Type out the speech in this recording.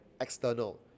external